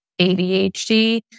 ADHD